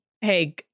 hey